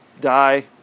die